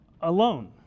alone